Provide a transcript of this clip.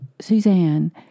Suzanne